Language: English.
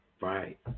Right